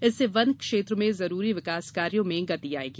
इससे वन क्षेत्र में जरूरी विकास कार्यों में गति आयेगी